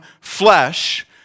flesh